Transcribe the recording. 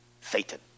Satan